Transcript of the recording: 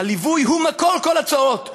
הליווי הוא מקור כל הצרות,